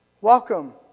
Welcome